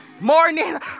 morning